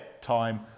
time